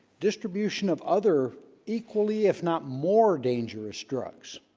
distribution of other equally if not more dangerous drugs